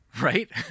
right